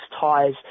ties